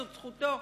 זו זכותו.